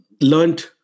Learned